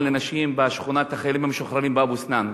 לנשים בשכונת החיילים המשוחררים באבו-סנאן.